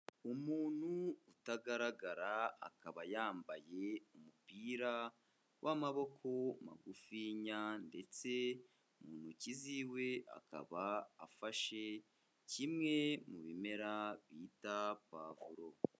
Umuntu utagaragara akaba yambaye umupira w'amaboko magufinya ndetse mu ntoki z'iwe akaba afashe kimwe mu bimera bita pavuro.